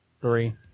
Three